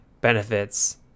benefits